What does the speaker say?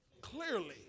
clearly